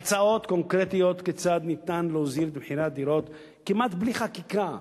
הצעות קונקרטיות כיצד ניתן להוזיל את הדירות כמעט בלי חקיקה,